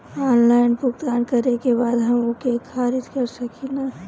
Online भुगतान करे के बाद हम ओके खारिज कर सकेनि?